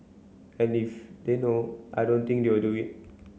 and if they know I don't think they will do it